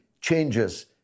changes